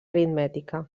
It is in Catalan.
aritmètica